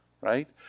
right